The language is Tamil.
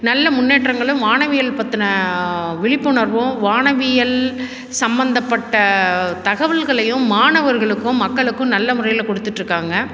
நல்ல முன்னேற்றங்களும் வானவியல் பற்றின விப்புணர்வும் வானவியல் சம்மந்தப்பட்ட தகவல்களையும் மாணவர்களுக்கும் மக்களுக்கும் நல்ல முறையில் கொடுத்துட்டுருக்காங்க